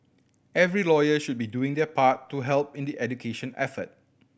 every lawyer should be doing their part to help in the education effort